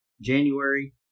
January